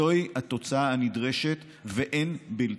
זוהי התוצאה הנדרשת ואין בלתה.